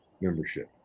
membership